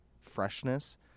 freshness